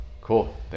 cool